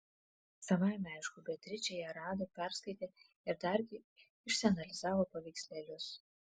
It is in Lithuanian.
savaime aišku beatričė ją rado perskaitė ir dargi išsianalizavo paveikslėlius